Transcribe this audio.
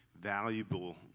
valuable